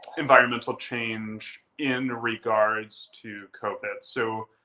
environmental change in regards to covid. so